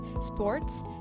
sports